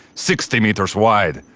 sixty meters wide.